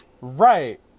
right